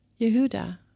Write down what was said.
Yehuda